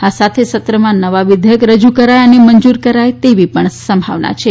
આ સાથે સત્રમાં નવા વિધેયક રજુ કરાય અને મંજુર કરાય તેવી પણ સંભાવના છે